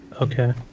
Okay